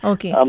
Okay